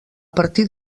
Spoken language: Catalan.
partir